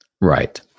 Right